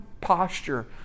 posture